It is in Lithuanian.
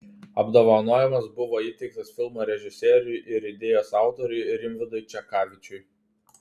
apdovanojimas buvo įteiktas filmo režisieriui ir idėjos autoriui rimvydui čekavičiui